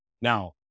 Now